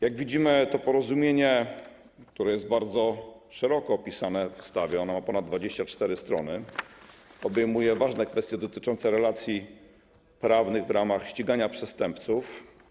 Jak widzimy, to porozumienie, które jest bardzo szeroko opisane w ustawie, ono ma ponad 24 strony, obejmuje ważne kwestie dotyczące relacji prawnych w ramach ścigania przestępców.